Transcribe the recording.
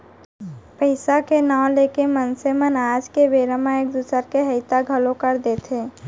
पइसा के नांव लेके मनसे मन आज के बेरा म एक दूसर के हइता घलौ कर देथे